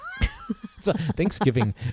Thanksgiving